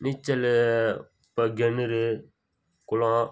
நீச்சல் இப்போ கிணறு குளம்